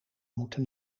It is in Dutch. moeten